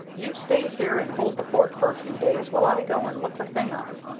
you stay here and hold the fort for a few days while i go and look the thing up.